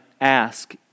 ask